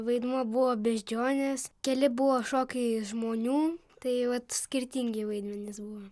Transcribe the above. vaidmuo buvo beždžionės keli buvo šokiai žmonių tai vat skirtingi vaidmenys buvo